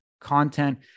content